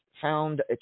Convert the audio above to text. found